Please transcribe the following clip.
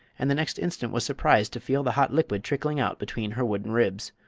and the next instant was surprised to feel the hot liquid trickling out between her wooden ribs.